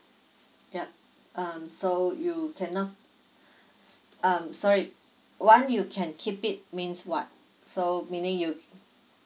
yup um so you canno~ s~ um sorry one you can keep it means what so meaning you